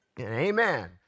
Amen